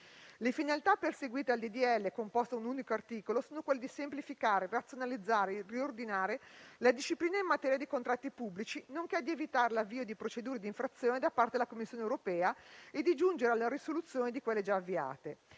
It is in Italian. Le finalità perseguite dal disegno di legge, composto da un unico articolo, sono quelle di semplificare, razionalizzare e riordinare la disciplina in materia di contratti pubblici, nonché di evitare l'avvio di procedure di infrazione da parte della Commissione europea e di giungere alla risoluzione di quelle già avviate.